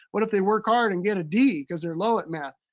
what if they work hard and get a d because they're low at math?